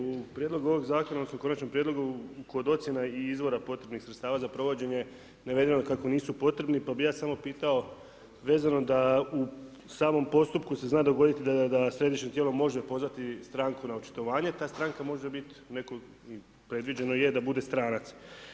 U prijedlogu ovog zakona odnosno u konačnom prijedlogu kod ocjena i izvora potrebnih sredstava za provođenje navedeno je kako nisu potrebni pa bih ja sada pitao vezano da u samom postupku se zna dogoditi da središnje tijelo može pozvati stranu na očitovanje, ta stranka može biti netko, predviđeno je da bude stranac.